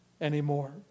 anymore